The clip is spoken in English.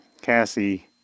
Cassie